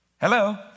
Hello